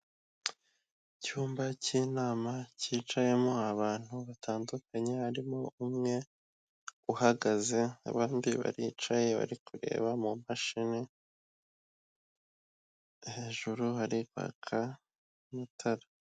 Icyumba k'inama kicayemo abantu batandukanye harimo umwe uhagaze abandi baricaye bari kureba mu mumashini, hejuru hari kwaka amatara.